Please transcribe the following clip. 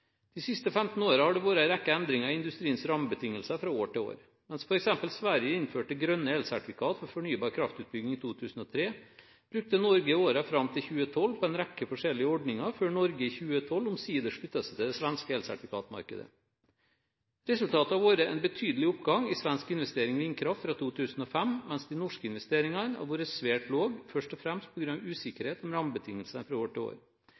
De siste 15 årene har det vært en rekke endringer i industriens rammebetingelser fra år til år. Mens f.eks. Sverige innførte grønne elsertifikat for fornybar kraftutbygging i 2003, brukte Norge årene fram til 2012 på en rekke forskjellige ordninger, før Norge i 2012 omsider sluttet seg til det svenske elsertifikatmarkedet. Resultatet har vært en betydelig oppgang i svensk investering i vindkraft fra 2005, mens de norske investeringene har vært svært låge, først og fremst på grunn av usikkerhet om rammebetingelsene fra år til år.